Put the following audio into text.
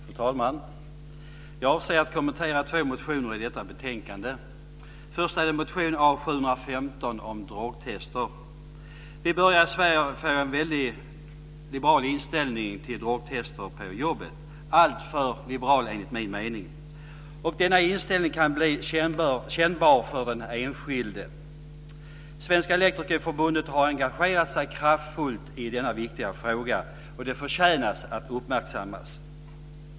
Fru talman! Jag avser att kommentera två motioner i detta betänkande. Först är det motion A715 om drogtest. Vi börjar i Sverige få en väldigt liberal inställning till drogtest på jobbet - alltför liberal enligt min mening. Denna inställning kan bli kännbar för den enskilde. Svenska Elektrikerförbundet har engagerat sig kraftfullt i denna viktiga fråga, och det förtjänar att uppmärksammas.